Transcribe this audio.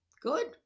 Good